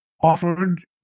offered